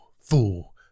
fool